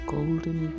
Golden